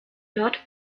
dort